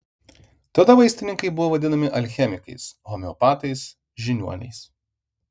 tada vaistininkai buvo vadinami alchemikais homeopatais žiniuoniais